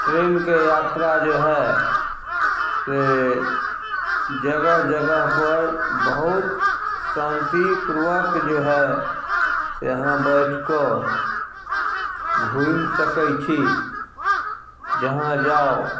ट्रेनके यात्रा जे हइ से जगह जगहपर बहुत शान्तिपूर्वक जे हइ से अहाँ बैठिके घुमि सकय छी जहाँ जाउ